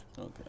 okay